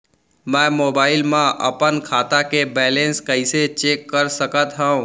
मैं मोबाइल मा अपन खाता के बैलेन्स कइसे चेक कर सकत हव?